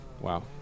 Wow